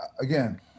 again